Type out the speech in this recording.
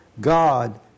God